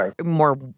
more